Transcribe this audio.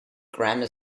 grammar